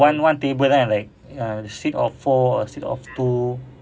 one one table kan like ya seat of four or seat of two